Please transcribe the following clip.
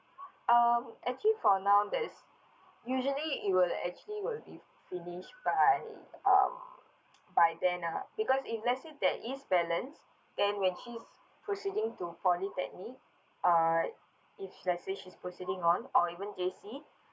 um actually for now there is usually it would actually will be finish by um by then ah because if let's say there is balance then when she's proceeding to polytechnic uh if let's say she's proceeding on or even J_C